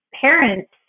parents